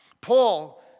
Paul